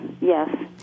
yes